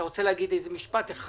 אתה רוצה להגיד משפט אחד?